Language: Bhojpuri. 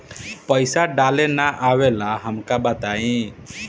पईसा डाले ना आवेला हमका बताई?